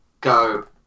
go